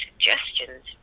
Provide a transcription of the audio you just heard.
suggestions